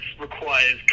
requires